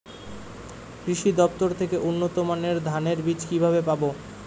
কৃষি দফতর থেকে উন্নত মানের ধানের বীজ কিভাবে পাব?